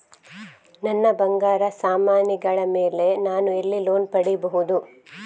ನನ್ನ ಬಂಗಾರ ಸಾಮಾನಿಗಳ ಮೇಲೆ ನಾನು ಎಲ್ಲಿ ಲೋನ್ ಪಡಿಬಹುದು?